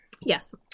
Yes